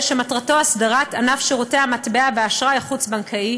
שמטרתו הסדרת ענף שירותי המטבע והאשראי החוץ-בנקאי.